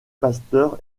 pasteur